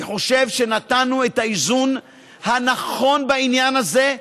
אני חושב שנתנו את האיזון הנכון בעניין הזה,